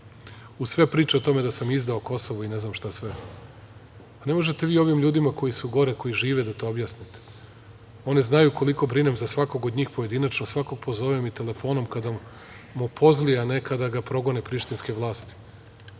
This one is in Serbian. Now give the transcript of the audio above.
uz sve priče o tome da sam izdao Kosovo i ne znam šta sve? Pa, ne možete vi ovim ljudima koji su gore, koji žive, da to objasnite. Oni znaju koliko brinem za svakog od njih pojedinačno. Svakog pozovem i telefonom kada mu pozli, a ne kada ga progone prištinske vlasti,